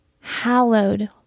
hallowed